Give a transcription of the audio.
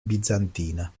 bizantina